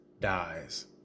dies